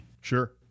Sure